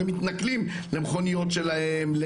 הרי מתנכלים למכוניות שלהם,